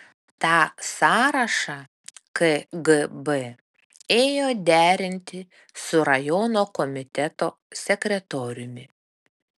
tą sąrašą kgb ėjo derinti su rajono komiteto sekretoriumi